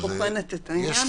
בוחנת את העניין הזה.